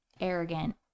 arrogant